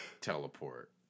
Teleport